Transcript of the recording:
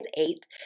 eight